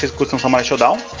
for samurai shodown